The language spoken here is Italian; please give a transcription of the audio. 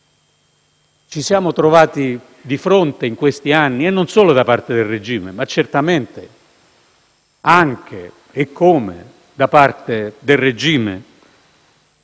Ci siamo trovati di fronte in questi anni, e non solo da parte del regime, ma certamente anche - eccome! - da parte del regime,